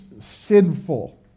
sinful